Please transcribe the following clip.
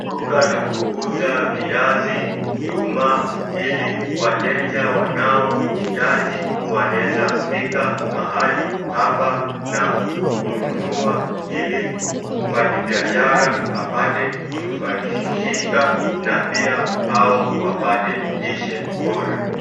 Duka la kuuza viazi nduma , ili wateja wanaohitaji wanaweza fika mhali hapa na kununua ili mfanyibiashara apate kunufaishika na pia hao wapate lishe bora.